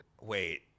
Wait